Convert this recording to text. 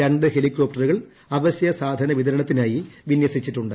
രണ്ട് ഹെലികോപ്റ്ററുകൾ അവശ്യ സാധന വിതരണത്തിനായി വിന്യസിച്ചിട്ടുണ്ട്